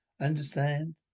Understand